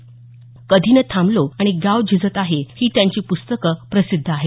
कधी न थांबलो आणि गाव झिजत आहे ही त्यांची प्रस्तकं प्रसिद्ध आहेत